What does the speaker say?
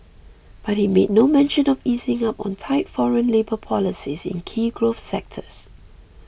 but he made no mention of easing up on tight foreign labour policies in key growth sectors